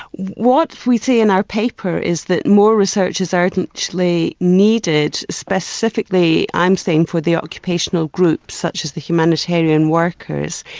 what we say in our paper is that more researchers are actually needed specifically i'm saying for the occupational groups such as the humanitarian workers.